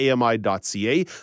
ami.ca